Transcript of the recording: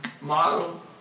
model